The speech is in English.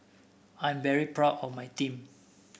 I'm very proud of my team